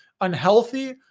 unhealthy